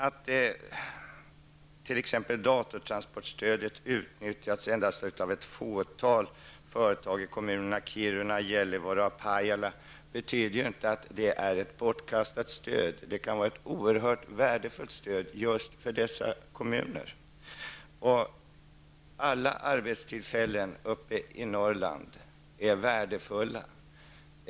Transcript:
Att datakommunikationsstödet har utnyttjats endast av ett fåtal företag i kommunerna Kiruna, Gällivare och Pajala betyder inte att stödet är bortkastat, utan det har varit ett oerhört värdefullt stöd just för dessa kommuner. Alla arbetstillfällen uppe i Norrland är värdefulla.